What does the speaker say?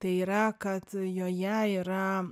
tai yra kad joje yra